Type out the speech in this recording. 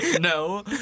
No